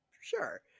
Sure